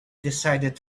decided